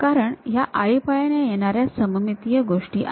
कारण ह्या आळीपाळीने येणाऱ्या सममितीय गोष्टी आहेत